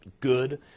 good